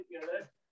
together